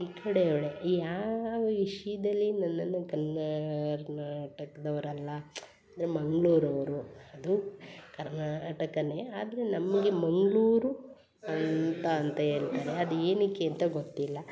ಈ ಕಡೆ ಅವಳೇ ಈ ಯಾವ ವಿಷಯದಲ್ಲಿ ನನ್ನನ್ನು ಕನ್ನಾ ಕರ್ನಾಟಕದವ್ರು ಅಲ್ಲ ಅಂದರೆ ಮಂಗ್ಳೂರು ಅವರು ಅದು ಕರ್ನಾಟಕವೇ ಆದರೆ ನಮಗೆ ಮಂಗಳೂರು ಅಂತ ಅಂತ ಹೇಳ್ತಾರೆ ಅದು ಏನಕ್ಕೆ ಅಂತ ಗೊತ್ತಿಲ್ಲ